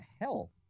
hell